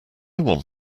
want